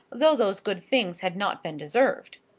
though those good things had not been deserved.